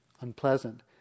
unpleasant